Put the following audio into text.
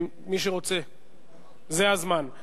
מי שרוצה, זה הזמן.